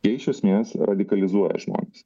jie iš esmės radikalizuoja žmones